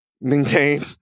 maintain